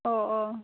अ अ